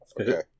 Okay